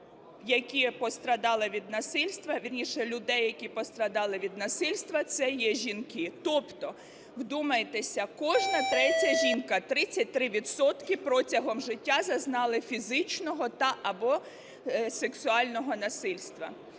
які постраждали від насильства, вірніше людей, які постраждали від насильства, це є жінки. Тобто, вдумайтеся, кожна третя жінка, 33 відсотки протягом життя зазнали фізичного та (або) сексуального насильства.